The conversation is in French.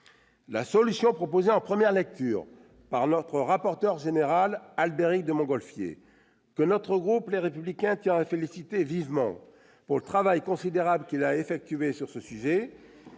La solution proposée en première lecture par notre rapporteur général, Albéric de Montgolfier, que notre groupe Les Républicains tient à féliciter vivement pour le travail considérable qu'il a effectué sur ce sujet,